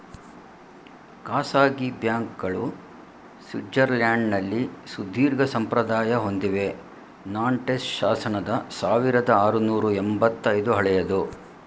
ಖಾಸಗಿ ಬ್ಯಾಂಕ್ಗಳು ಸ್ವಿಟ್ಜರ್ಲ್ಯಾಂಡ್ನಲ್ಲಿ ಸುದೀರ್ಘಸಂಪ್ರದಾಯ ಹೊಂದಿವೆ ನಾಂಟೆಸ್ ಶಾಸನದ ಸಾವಿರದಆರುನೂರು ಎಂಬತ್ತ ಐದು ಹಳೆಯದು